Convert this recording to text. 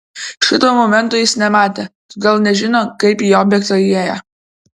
šito momento jis nematė todėl nežino kaip į objektą įėjo